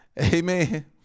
Amen